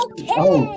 Okay